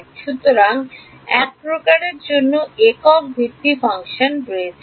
ছাত্র সুতরাং একক প্রকারের জন্য একক ভিত্তিক ফাংশন রয়েছে